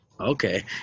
Okay